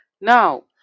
Now